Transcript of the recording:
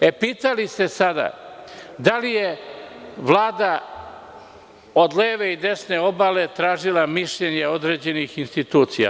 Sada ste pitali da li je Vlada od leve i desne obale tražila mišljenje određenih institucija.